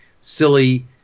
silly